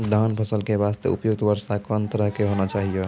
धान फसल के बास्ते उपयुक्त वर्षा कोन तरह के होना चाहियो?